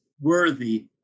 worthy